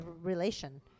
relation